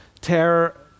Terror